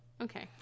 Okay